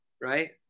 right